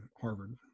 harvard